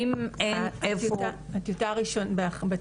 אם אין איפה --- בטיוטות